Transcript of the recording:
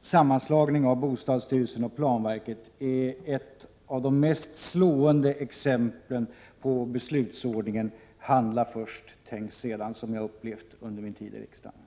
sammanslagning av bostadsstyrelsen och planverket är ett av de mest slående exemplen på beslutsordningen ”handla först — tänk sedan” som jag upplevt under min tid i riksdagen.